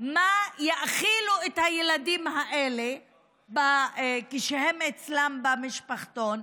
במה הן יאכילו את הילדים האלה כשהם אצלן במשפחתון,